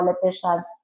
politicians